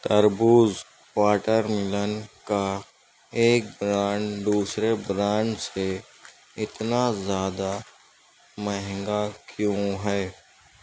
تربوز watermelon کا ایک برانڈ دوسرے برانڈ سے اتنا زیادہ مہنگا کیوں ہے